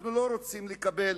אנחנו לא רוצים לקבל